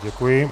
Děkuji.